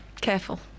Careful